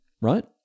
Right